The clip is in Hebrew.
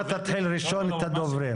אתה תתחיל ראשון לדבר.